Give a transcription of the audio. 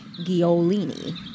Giolini